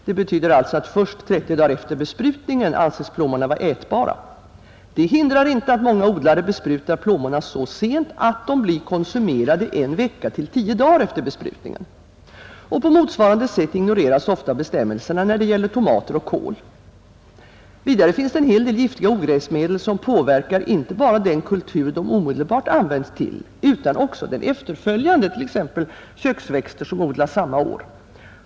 Det betyder alltså att plommonen anses vara ätbara först 30 dagar efter besprutningen. Det hindrar inte att många odlare besprutar plommonen så sent att de blir konsumerade 1 vecka till 10 dagar efter besprutningen. På motsvarande sätt ignoreras ofta bestämmelserna när det gäller tomater och kål. Vidare finns en hel del giftiga ogräsmedel, som påverkar inte bara den kultur de omedelbart används till utan också den efterföljande, exempelvis köksväxter som odlas samma år.